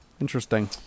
Interesting